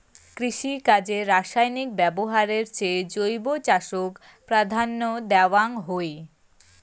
কৃষিকাজে রাসায়নিক ব্যবহারের চেয়ে জৈব চাষক প্রাধান্য দেওয়াং হই